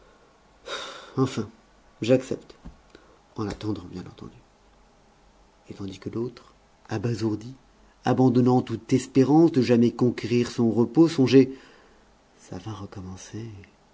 enfin j'accepte en attendant bien entendu et tandis que l'autre abasourdi abandonnant toute espérance de jamais conquérir son repos songeait ça va recommencer